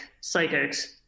psychics